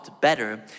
better